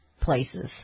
places